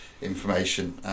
information